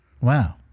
Wow